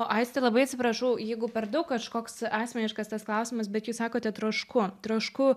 o aiste labai atsiprašau jeigu per daug kažkoks asmeniškas tas klausimas bet jūs sakote trošku trošku